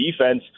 defense